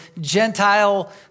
Gentile